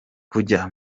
kujya